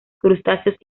crustáceos